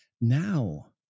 Now